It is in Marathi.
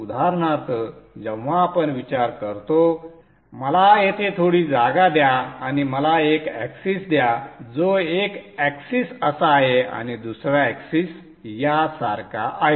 उदाहरणार्थ जेव्हा आपण विचार करतो मला येथे थोडी जागा द्या आणि मला एक ऍक्सिस द्या जो एक ऍक्सिस असा आहे आणि दुसरा ऍक्सिस यासारखा आहे